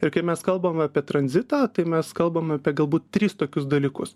ir kai mes kalbam apie tranzitą tai mes kalbam apie galbūt tris tokius dalykus